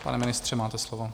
Pane ministře, máte slovo.